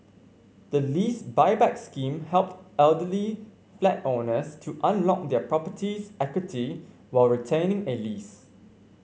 the Lease Buyback Scheme helped elderly flat owners to unlock their property's equity while retaining a lease